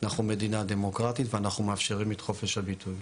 אנחנו מדינה דמוקרטית ואנחנו מאפשרים את חופש הביטוי.